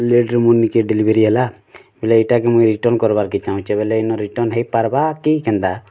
ଲେଟ୍ରେ ମୁଁ ନିଜେ ଡ଼େଲିଭରି ହେଲା ବୋଲେ ଏଇଟାକୁ ମୁଇଁ ରିଟର୍ଣ୍ଣ କରବାର୍କେ ଚାଁହୁଛେ ବୋଲେ ଏଇନ ରିଟର୍ଣ୍ଣ ହୋଇପାର୍ବା କି କେନ୍ତା